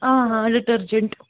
detergent